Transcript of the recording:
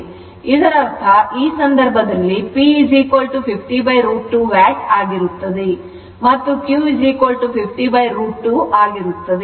ಇದರರ್ಥ ಈ ಸಂದರ್ಭದಲ್ಲಿ P 50 √ 2 watt ಆಗಿರುತ್ತದೆ ಮತ್ತು Q 50 √ 2 ಆಗಿರುತ್ತದೆ